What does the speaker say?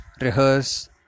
rehearse